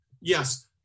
yes